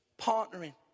partnering